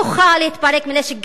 להתפרק מנשק גרעיני.